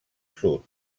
sud